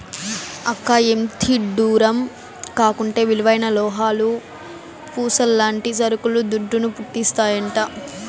అక్కా, ఎంతిడ్డూరం కాకుంటే విలువైన లోహాలు, పూసల్లాంటి సరుకులు దుడ్డును, పుట్టిస్తాయంట